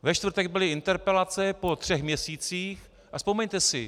Ve čtvrtek byly interpelace po třech měsících a vzpomeňte si.